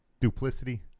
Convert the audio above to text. duplicity